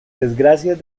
desgracias